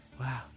Wow